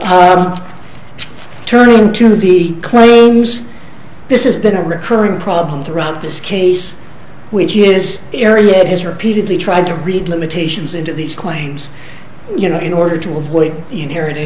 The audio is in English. and turning to the claims this is been a recurring problem throughout this case which is the area that has repeatedly tried to read limitations into these claims you know in order to avoid inherited